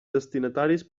destinataris